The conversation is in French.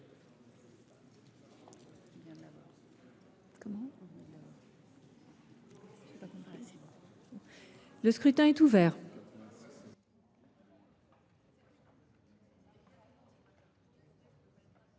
Le scrutin est ouvert.